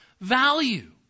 value